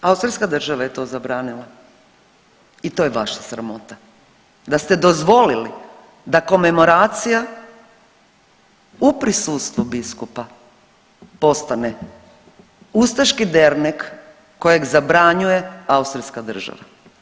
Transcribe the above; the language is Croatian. Austrijska država je to zabranila i to je vaša sramota da ste dozvolili da komemoracija u prisustvu biskupa postane ustaški dernek kojeg zabranjuje austrijska država.